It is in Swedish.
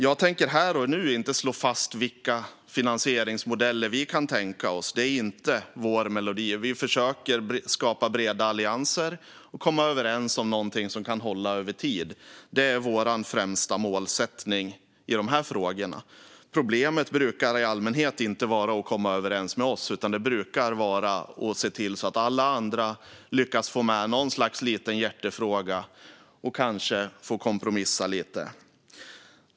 Jag tänker här och nu inte slå fast vilka finansieringsmodeller vi kan tänka oss; det är inte vår melodi. Vi försöker skapa breda allianser och komma överens om något som kan hålla över tid. Det är vår främsta målsättning i dessa frågor. Problemet brukar i allmänhet inte vara att komma överens med oss utan att alla andra ska lyckas få med någon liten hjärtefråga och kanske behöva kompromissa lite.